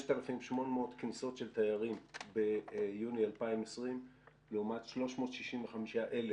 5,800 כניסות של תיירים ביוני 2020 לעומת 365,000